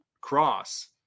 cross